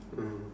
mm